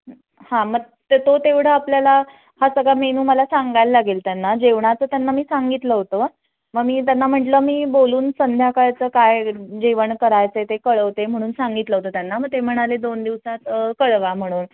हां मग तो तेवढं आपल्याला हा सगळा मेनू मला सांगायला लागेल त्यांना जेवणाचं त्यांना मी सांगितलं होतं मग मी त्यांना म्हटलं मी बोलून संध्याकाळचं काय जेवण करायचं आहे ते कळवते म्हणून सांगितलं होतं त्यांना मग ते म्हणाले दोन दिवसात कळवा म्हणून